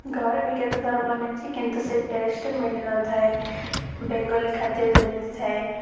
ଘରେ ବି କେତେ ଥର ବନାଇଛି କିନ୍ତୁ ସେହି ଟେଷ୍ଟ ମିଳିନ ଥାଏ ବେଙ୍ଗଲି ଖାଦ୍ୟ ଯେମିତି ଥାଏ